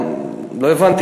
לא הבנתי.